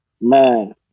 Man